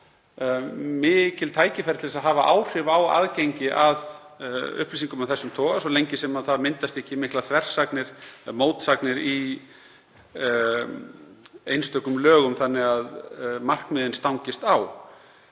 mikil tækifæri til að hafa áhrif á aðgengi að upplýsingum af þessum toga, svo lengi sem það myndast ekki miklar mótsagnir í einstökum lögum þannig að markmiðin stangist á.